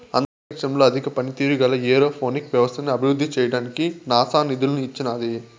అంతరిక్షంలో అధిక పనితీరు గల ఏరోపోనిక్ వ్యవస్థను అభివృద్ధి చేయడానికి నాసా నిధులను ఇచ్చినాది